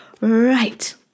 Right